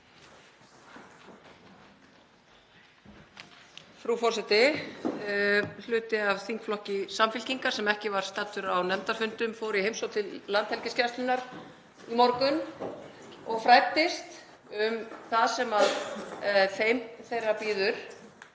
Frú forseti. Hluti af þingflokki Samfylkingar, sem ekki var staddur á nefndarfundum, fór í heimsókn til Landhelgisgæslunnar í morgun og fræddist um það sem þeirra bíður.